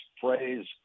phrase